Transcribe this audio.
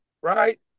right